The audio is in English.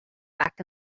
back